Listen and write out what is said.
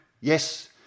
Yes